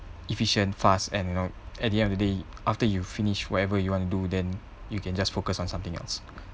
efficient fast and you know at the end of the day after you finished whatever you want to do then you can just focus on something else